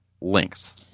links